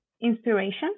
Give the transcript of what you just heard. inspiration